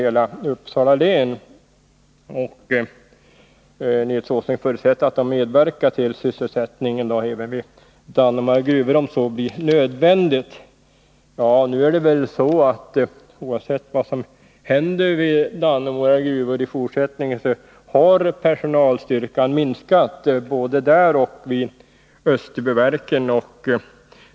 Nils Åsling förutsätter att de avser att medverka till en förbättring av sysselsättningen vid Dannemora gruvor, om så blir nödvändigt. Oavsett vad som händer vid Dannemora gruvor i fortsättningen har personalstyrkan minskat både där och vid Österbyverken.